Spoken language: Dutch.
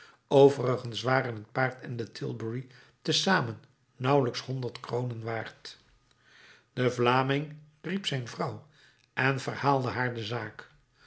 overigens waren het paard en de tilbury te zamen nauwelijks honderd kronen waard de vlaming riep zijn vrouw en verhaalde haar de zaak